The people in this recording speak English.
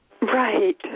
Right